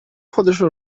خودشو